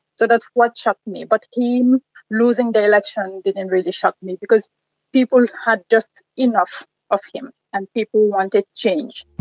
so that's what shocked me. but him losing the election didn't really shock me, because people had just enough of him and people wanted change.